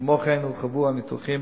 כמו כן, הורחבו הניתוחים